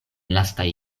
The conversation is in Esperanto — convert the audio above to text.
lastaj